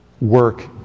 work